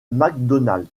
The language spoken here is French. macdonald